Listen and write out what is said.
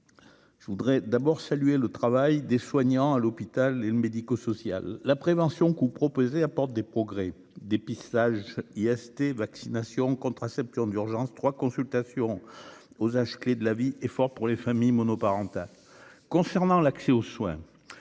je voudrais d'abord saluer le travail des soignants à l'hôpital et le médico-social, la prévention coup apporte des progrès dépistage IST vaccination contraception d'urgence 3 consultations aux âges clés de la vie est fort pour les familles monoparentales concernant l'accès aux soins,